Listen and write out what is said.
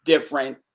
different